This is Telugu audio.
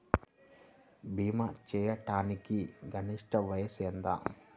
భీమా చేయాటానికి గరిష్ట వయస్సు ఎంత?